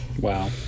Wow